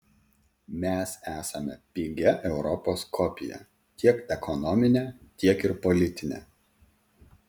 mes esame pigia europos kopija tiek ekonomine tiek ir politine